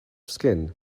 skin